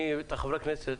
אני מציג את חברי הכנסת,